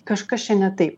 kažkas čia ne taip